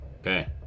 Okay